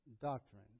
doctrine